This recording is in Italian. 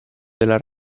della